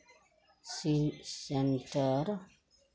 C center